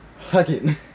hugging